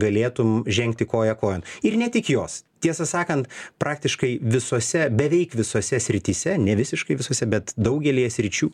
galėtum žengti koja kojon ir ne tik jos tiesą sakant praktiškai visose beveik visose srityse ne visiškai visose bet daugelyje sričių